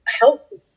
helpful